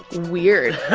weird.